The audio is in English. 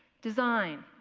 design,